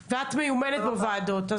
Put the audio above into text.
מירב, משפט.